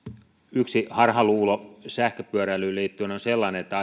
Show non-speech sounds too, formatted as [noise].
yksi harhaluulo sähköpyöräilyyn liittyen on sellainen että [unintelligible]